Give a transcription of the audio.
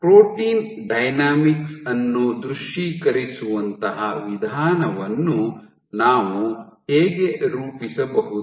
protein dynamics ಅನ್ನು ದೃಶ್ಯೀಕರಿಸುವಂತಹ ವಿಧಾನವನ್ನು ನಾವು ಹೇಗೆ ರೂಪಿಸಬಹುದು